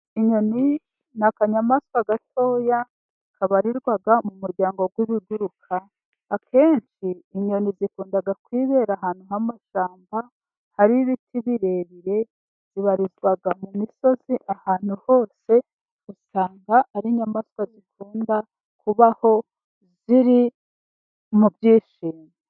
Inyoni ni akanyamaswa gatoya kabarirwa mu muryango w'ibiguruka. Akenshi inyoni zikunda kwibera ahantu h'amashyamba hari ibiti birebire. Zibarizwa mu misozi ahantu hose, usanga ari inyamaswa zikunda kubaho ziri mu byishimo.